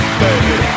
baby